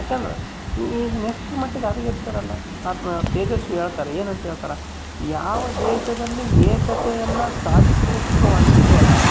ಯಾಕಂದರೆ ಇದ್ನ ಎಷ್ಟರ ಮಟ್ಟಿಗೆ ಹದಗೆಡ್ಸರಲ್ಲ ಅದನ್ನ ತೇಜಸ್ವಿ ಹೇಳ್ತಾರೆ ಏನಂತ ಹೇಳ್ತಾರೆ ಯಾವ ದೇಶದಲ್ಲಿ ಏಕತೆಯನ್ನು ಸಾಧಿಸ್ಲಿಕ್ ಹೊಂಟಿರ್ತೀವಲ್ಲ